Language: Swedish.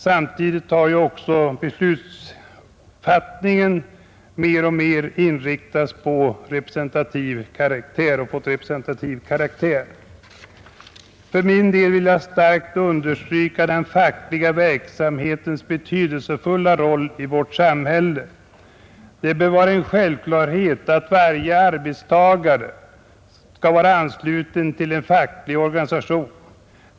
Samtidigt har också beslutsfattandet mer och mer fått representativ karaktär. För min del vill jag starkt understryka den fackliga verksamhetens betydelsefulla roll i vårt samhälle. Det bör vara en självklarhet att varje arbetstagare skall vara ansluten till en facklig organisation.